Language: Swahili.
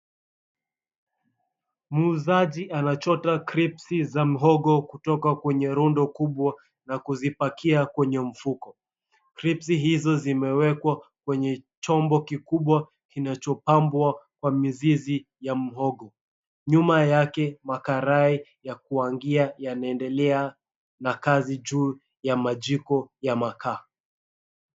Muuzaji anachota kripsi za mhogo kutoka kwenye rundo kubwa na kuzipakia kwenye mfuko. kripsi hizo zimewekwa kwenye chombo kikubwa kinachopambwa kwa mizizi ya mhogo. Nyuma yake, makarae ya kuangia yanaendelea na kazi juu ya majiko ya makaa.